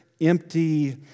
empty